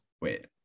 wait